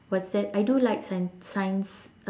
what's that I do like science science